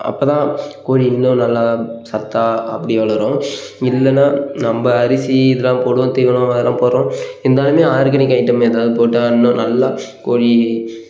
அப்போ தான் கோழி இன்னும் நல்லா சத்தாக அப்படி வளரும் இல்லைன்னா நம்ம அரிசி இதெல்லாம் போடுவோம் தீவனம் அதெல்லாம் போடுறோம் இருந்தாலுமே ஆர்கானிக் ஐட்டம் எதாவது போட்டால் இன்னும் நல்லா கோழி